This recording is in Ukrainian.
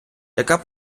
яка